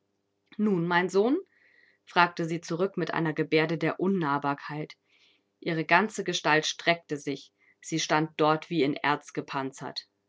nun mein sohn fragte sie zurück mit einer gebärde der unnahbarkeit ihre ganze gestalt streckte sich sie stand dort wie in erz gepanzert